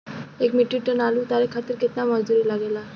एक metric tonne आलू उतारे खातिर केतना मजदूरी लागेला?